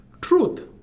truth